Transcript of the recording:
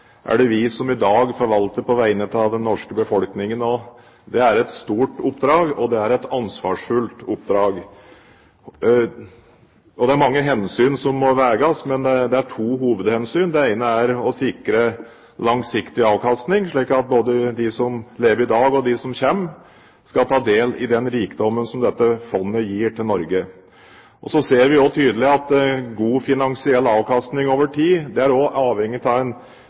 er det vi som i dag forvalter på vegne av den norske befolkningen. Det er et stort oppdrag, og det er et ansvarsfullt oppdrag. Det er mange hensyn som må veies, men det er to hovedhensyn: Det ene er å sikre langsiktig avkastning, slik at både de som lever i dag, og de som kommer, skal ta del i den rikdommen som dette fondet gir til Norge. Så ser vi også tydelig at god finansiell avkastning over tid også er avhengig av en